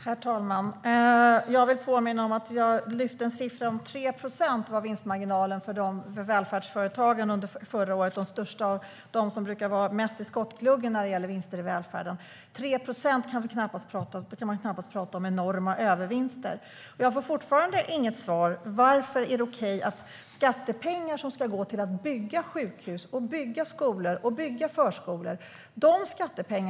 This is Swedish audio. Herr talman! Jag vill påminna om att jag lyfte fram en siffra på 3 procent för vinstmarginalen i välfärdsföretagen under förra året. Det gäller de största som brukar vara mest i skottgluggen när det gäller vinster i välfärden. När det är 3 procent kan man knappast tala om enorma övervinster. Jag får fortfarande inget svar. Varför är det okej att skattepengar som ska gå till att bygga sjukhus, skolor och förskolor går till företag som går med vinst?